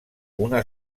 una